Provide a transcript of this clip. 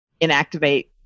inactivate